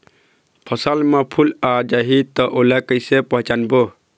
फसल म फूल आ जाही त ओला कइसे पहचानबो?